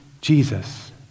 Jesus